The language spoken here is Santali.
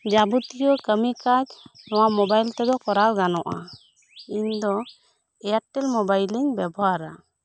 ᱡᱟᱵᱚᱛᱤᱭᱟᱹ ᱠᱟᱹᱢᱤ ᱠᱟᱡᱽ ᱱᱚᱣᱟ ᱢᱚᱵᱟᱭᱤᱞ ᱛᱮᱫᱚ ᱠᱚᱨᱟᱣ ᱜᱟᱱᱚᱜᱼᱟ ᱤᱧ ᱫᱚ ᱮᱭᱟᱨᱴᱮᱞ ᱢᱚᱵᱟᱭᱤᱞ ᱤᱧ ᱵᱮᱵᱷᱟᱨᱟ